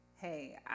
hey